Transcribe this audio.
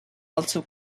also